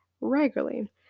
regularly